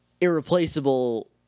irreplaceable